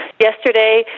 yesterday